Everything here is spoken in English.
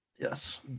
Yes